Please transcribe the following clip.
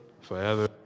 forever